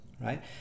right